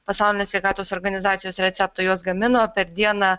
pasaulinės sveikatos organizacijos receptą juos gamino per dieną